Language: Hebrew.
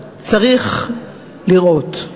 צריך לראות.